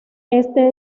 este